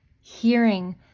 hearing